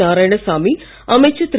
நாராயணசாமி அமைச்சர் திரு